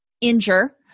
injure